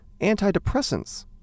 Antidepressants